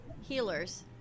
healers